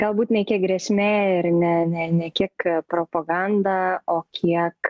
galbūt ne kiek grėsmė ir ne ne ne kiek propaganda o kiek